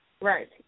Right